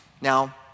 Now